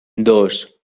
dos